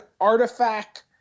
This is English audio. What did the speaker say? artifact